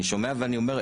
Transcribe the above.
אני שומע ואני אומר,